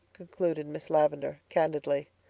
concluded miss lavendar candidly.